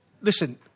listen